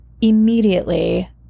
Immediately